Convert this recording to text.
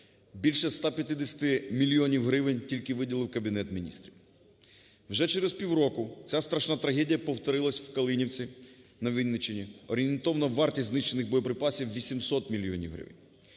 Більше 150 мільйонів гривень тільки виділив Кабінет Міністрів. Вже через півроку ця страшна трагедія повторилася в Калинівці на Вінниччині. Орієнтовна вартість знищених боєприпасів 800 мільйонів